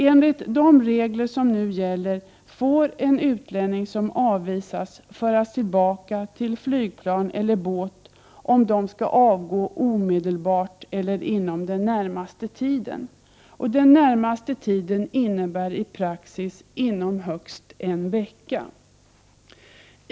Enligt de regler som nu gäller får en utlänning som avvisas föras tillbaka till flygplan eller båt om dessa skall avgå omedelbart eller inom den närmaste tiden. Den närmaste tiden innebär enligt praxis inom högst en vecka.